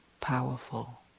powerful